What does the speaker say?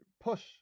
push